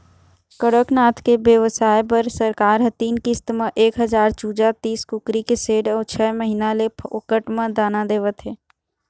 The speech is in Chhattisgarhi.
कड़कनाथ के बेवसाय बर सरकार ह तीन किस्त म एक हजार चूजा, तीस कुकरी के सेड अउ छय महीना ले फोकट म दाना देवत हे